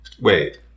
Wait